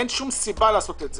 אין שום סיבה לעשות את זה.